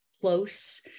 close